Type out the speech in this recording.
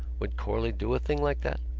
would corley do a thing like that?